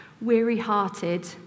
weary-hearted